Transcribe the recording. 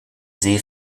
see